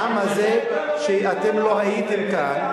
העם הזה כשאתם לא הייתם כאן,